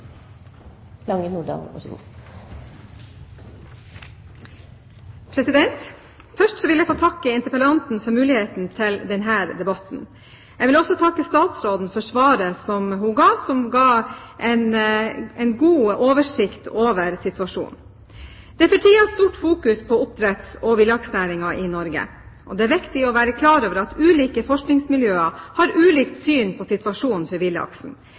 Først vil jeg få takke interpellanten for muligheten til å ha denne debatten. Jeg vil også takke statsråden for svaret hun ga, som ga en god oversikt over situasjonen. Det er for tiden stort fokus på oppdretts- og villaksnæringen i Norge. Det er viktig å være klar over at ulike forskningsmiljøer har ulikt syn på situasjonen for villaksen.